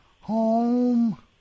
home